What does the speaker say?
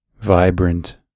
vibrant